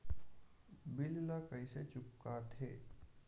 bill ला कइसे चुका थे